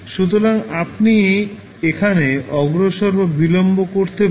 সুতরাং আপনি এখানে অগ্রসর বা বিলম্ব করতে পারেন